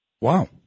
Wow